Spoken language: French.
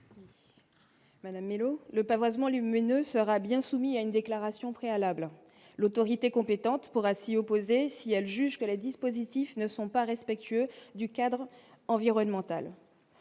Madame mais le le pavoisement lumineuse sera bien soumis à une déclaration préalable l'autorité compétente pourra s'y opposer, si elle juge que la dispositifs ne sont pas respectueux du cadre environnemental,